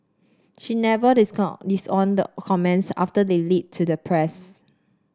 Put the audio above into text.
she never disowned the comments after they leaked to the press